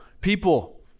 people